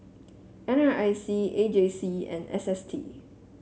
N R I C A J C and S S T